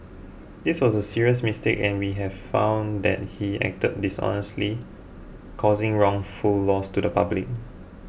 this was a serious mistake and we have found that he acted dishonestly causing wrongful loss to the public